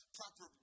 proper